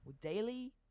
daily